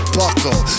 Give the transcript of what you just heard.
buckle